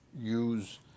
use